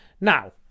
Now